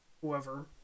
whoever